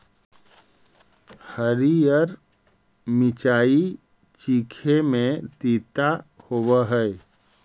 हरीअर मिचाई चीखे में तीता होब हई